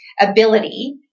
ability